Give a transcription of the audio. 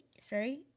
sorry